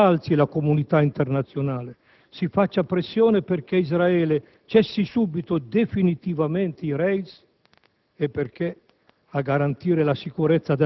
le Nazioni Unite. Soprattutto si incalzi la comunità internazionale, si faccia pressione perché Israele cessi subito definitivamente i